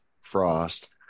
Frost